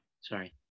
Sorry